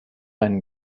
and